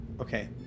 okay